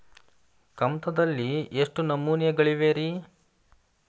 ಕಮತದಲ್ಲಿ ಎಷ್ಟು ನಮೂನೆಗಳಿವೆ ರಿ?